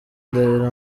ndahiro